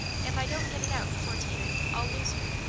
if i don't get it out before teething, i'll lose her,